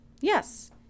Yes